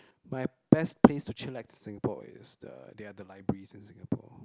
my best place to chillax in Singapore is the they are the libraries in Singapore